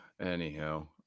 Anyhow